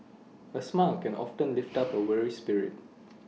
A smile can often lift up A weary spirit